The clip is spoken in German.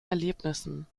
erlebnissen